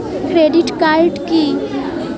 Credit card কি?